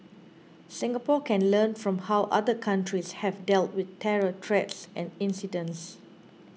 Singapore can learn from how other countries have dealt with terror threats and incidents